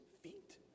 feet